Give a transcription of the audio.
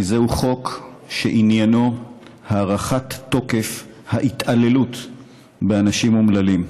כי זהו חוק שעניינו הארכת תוקף ההתעללות באנשים אומללים,